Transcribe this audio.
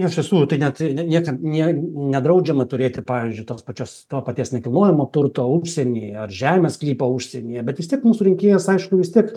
iš tiesų tai net niekam nie nedraudžiama turėti pavyzdžiui tos pačios to paties nekilnojamo turto užsienyje ar žemės sklypo užsienyje bet vis tiek mūsų rinkėjas aišku vis tiek